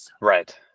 Right